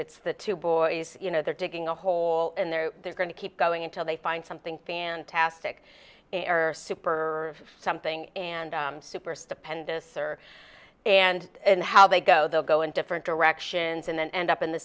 it's the two boys you know they're digging a hole and they're going to keep going until they find something fantastic are super or something and super stupendous or and in how they go they'll go in different directions and then end up in the